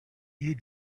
you